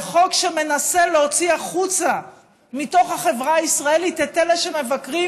זה חוק שמנסה להוציא החוצה מתוך החברה הישראלית את אלה שמבקרים,